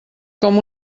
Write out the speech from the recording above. com